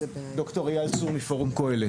ד"ר אייל צור מפורום קהלת.